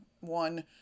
one